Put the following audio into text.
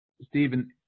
Stephen